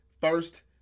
First